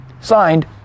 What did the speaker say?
Signed